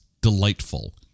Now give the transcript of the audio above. delightful